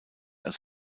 als